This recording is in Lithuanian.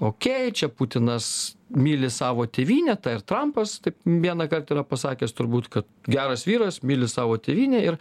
okei čia putinas myli savo tėvynę tą ir trampas taip vienąkart yra pasakęs turbūt kad geras vyras myli savo tėvynę ir